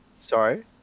sorry